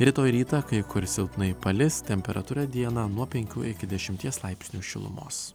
rytoj rytą kai kur silpnai palis temperatūra dieną nuo penkių iki dešimties laipsnių šilumos